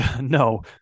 No